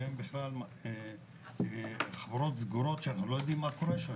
שהם בכלל חברות סגורות ולא יודעים מה קורה שם.